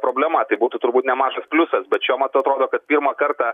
problema tai būtų turbūt nemažas pliusas bet šio matu atrodo kad pirmą kartą